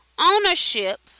Ownership